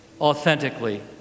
authentically